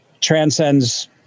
transcends